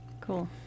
Cool